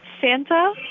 santa